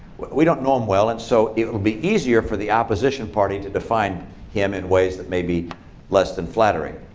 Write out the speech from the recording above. we don't know him well. and so it will be easier for the opposition party to define him in ways that may be less than flattering.